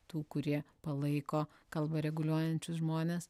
tų kurie palaiko kalbą reguliuojančius žmones